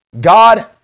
God